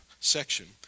section